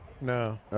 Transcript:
No